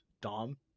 Dom